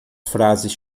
frases